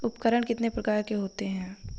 उपकरण कितने प्रकार के होते हैं?